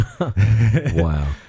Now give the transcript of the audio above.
Wow